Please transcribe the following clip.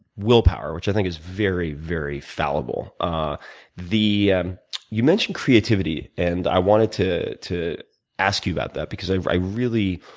willpower, which i think is very, very fallible. ah you mentioned creativity, and i wanted to to ask you about that because i i really,